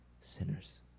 Sinners